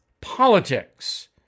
politics